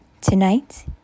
tonight